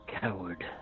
coward